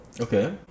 Okay